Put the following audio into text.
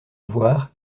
voir